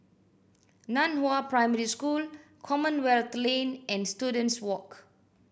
Nan Hua Primary School Commonwealth Lane and Students Walk